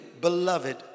beloved